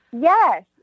yes